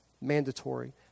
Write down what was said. mandatory